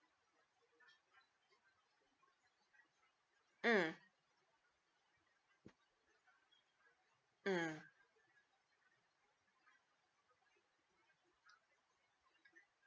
mm mm